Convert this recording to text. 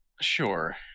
Sure